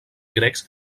grecs